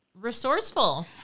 resourceful